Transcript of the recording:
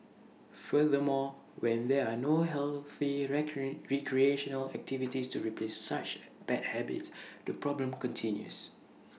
furthermore when there are no healthy recreational activities to replace such bad habits the problem continues